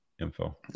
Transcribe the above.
info